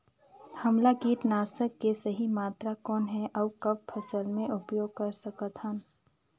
हमला कीटनाशक के सही मात्रा कौन हे अउ कब फसल मे उपयोग कर सकत हन?